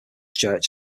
church